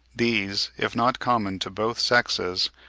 these, if not common to both sexes,